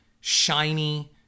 shiny